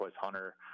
Hunter